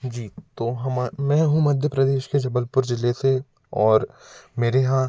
जी तो मैं हूँ मध्य प्रदेश के जबलपुर ज़िले से और मेरे यहाँ